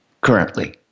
currently